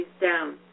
down